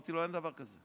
אמרתי לו: אין דבר כזה.